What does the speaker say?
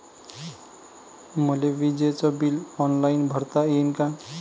मले विजेच bill online भरता येईन का?